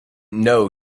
know